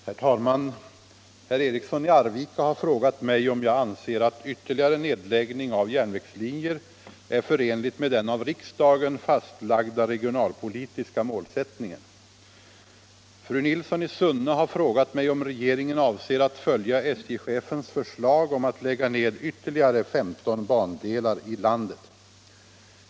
järnvägslinjer, Herr talman! Herr Eriksson i Arvika har frågat mig om jag anser att ytterligare nedläggning av järnvägslinjer är förenlig med den av riksdagen fastlagda regionalpolitiska målsättningen. Fru Nilsson i Sunne har frågat mig om regeringen avser att följa SJ chefens förslag om att lägga ned ytterligare 15 bandelar i landet.